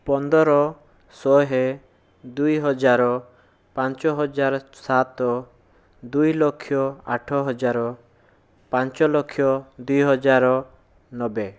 ପନ୍ଦର ଶହେ ଦୁଇହଜାର ପାଞ୍ଚ ହଜାର ସାତ ଦୁଇଲକ୍ଷ ଆଠ ହଜାର ପାଞ୍ଚ ଲକ୍ଷ ଦୁଇ ହଜାର ନବେ